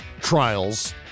trials